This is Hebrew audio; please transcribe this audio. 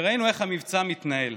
וראינו איך המבצע מתנהל,